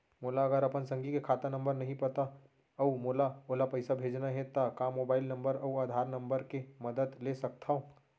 मोला अगर अपन संगी के खाता नंबर नहीं पता अऊ मोला ओला पइसा भेजना हे ता का मोबाईल नंबर अऊ आधार नंबर के मदद ले सकथव?